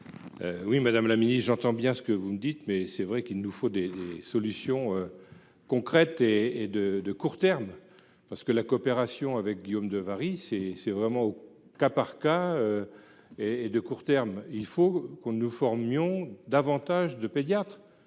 Oui Madame la Ministre j'entends bien ce que vous dites mais c'est vrai qu'il nous faut des solutions. Concrètes et et de de court terme, parce que la coopération avec Guillaume de varices et c'est vraiment au cas par cas. Et et de court terme, il faut qu'on ne nous formions davantage de pédiatres